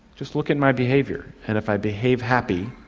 just look at my behaviour, and if i behave happy,